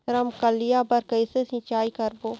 रमकलिया बर कइसे सिचाई करबो?